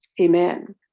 Amen